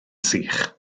sych